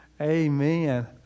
Amen